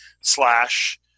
slash